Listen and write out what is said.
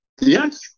Yes